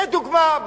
לדוגמה,